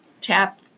tap